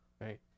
Right